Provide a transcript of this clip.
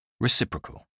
Reciprocal